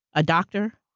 a doctor,